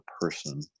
person